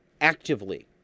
Actively